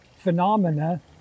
phenomena